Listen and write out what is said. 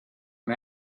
and